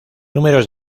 números